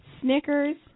Snickers